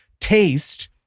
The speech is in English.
taste